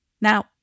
Now